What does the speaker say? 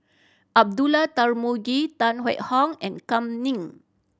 Abdullah Tarmugi Tan Hwee Hock and Kam Ning